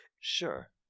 Sure